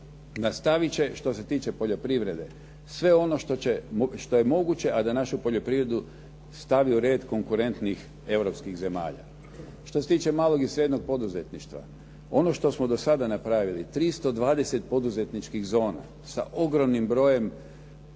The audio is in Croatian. Nastavit će, što se tiče poljoprivrede, sve ono što je moguće, a da našu poljoprivredu stavi u red konkurentnih europskih zemalja. Što se tiče malog i srednjeg poduzetništva, ono što smo do sada napravili, 320 poduzetničkih zona sa ogromnim brojem